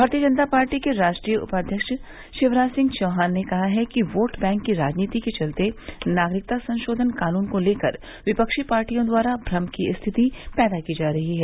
भारतीय जनता पार्टी के राष्ट्रीय उपाध्यक्ष शिवराज सिंह चौहान ने कहा है कि योट बैंक की राजनीति के चलते नागरिकता संशोधन कानून को लेकर विपक्षी पार्टियों द्वारा भ्रम की स्थिति पैदा की जा रही है